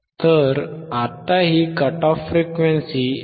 तर आताही cut off frequency 159